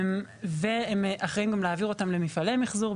והם אחראיים גם להעביר אותם למפעלי מיחזור.